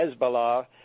Hezbollah